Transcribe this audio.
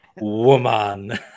woman